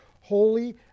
holy